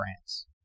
France